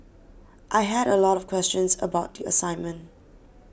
I had a lot of questions about the assignment